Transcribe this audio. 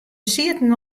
sieten